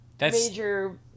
major